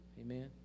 Amen